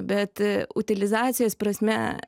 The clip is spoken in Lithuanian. bet utilizacijos prasme